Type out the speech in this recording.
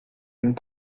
une